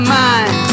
mind